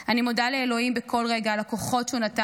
אני מודה לאלוהים בכל רגע על הכוחות שהוא נתן לי,